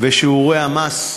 ושיעורי המס המיוחדים.